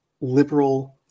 liberal